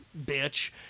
bitch